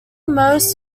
most